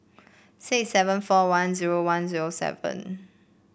six seven four one zero one zero seven